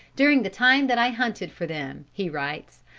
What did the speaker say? during the time that i hunted for them, he writes,